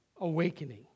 Awakening